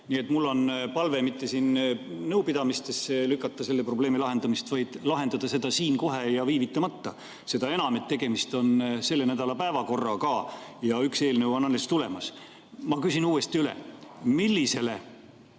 Nii et mul on palve mitte siin nõupidamistele lükata selle probleemi lahendamist, vaid lahendada see siin kohe ja viivitamata. Seda enam, et tegemist on selle nädala päevakorraga ja üks [selline] eelnõu on alles tulemas. Ma küsin uuesti üle. Millisele